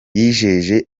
yijeje